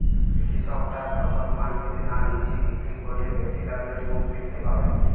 কৃষক তার ফসল মান্ডিতে না নিজে বিক্রি করলে বেশি লাভের মুখ দেখতে পাবে?